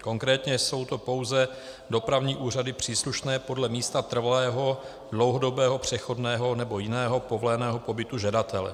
Konkrétně jsou to pouze dopravní úřady příslušné podle místa trvalého, dlouhodobého, přechodného nebo jiného povoleného pobytu žadatele.